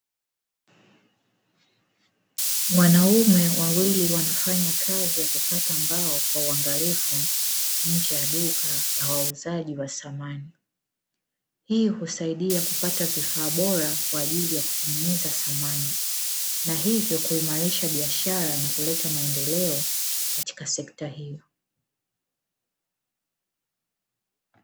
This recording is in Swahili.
Wanaume wawili wanafanya kazi ya kukata mbao kwa uangalifu nje ya duka la wauzaji wa samani. Hii husaidia kupata vifaa bora kwa ajili ya kutenegeneza samani, na hivyo kuimarisha biashara na kuleta maendeleo katika sekta hiyo.